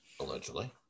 Allegedly